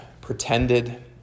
pretended